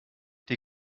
die